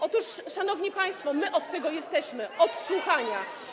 Otóż, szanowni państwo, my od tego jesteśmy - od słuchania.